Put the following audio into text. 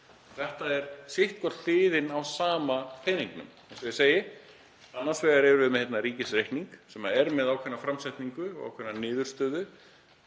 Þetta er sitthvor hliðin á sama peningnum. Annars vegar erum við með ríkisreikning sem er með ákveðna framsetningu og ákveðna niðurstöðu.